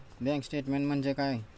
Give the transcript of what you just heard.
Bank statement म्हणजे काय?